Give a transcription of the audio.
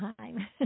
time